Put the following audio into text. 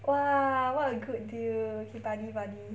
!wah! what a good deal okay buddy buddy